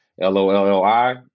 l-o-l-l-i